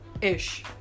ish